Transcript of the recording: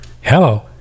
Hello